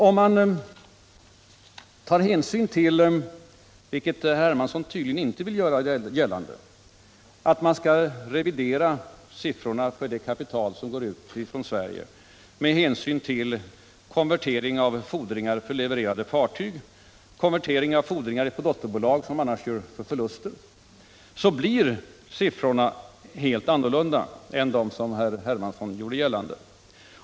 Om man — vilket herr Hermansson tydligen inte vill göra — reviderar siffrorna när det gäller det kapital som går ut från Sverige med hänsyn till konverteringen av fordringar för levererade fartyg och för fordringar på dotterbolag blir siffrorna helt annorlunda än dem som herr Hermansson anförde.